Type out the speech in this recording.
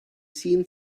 seen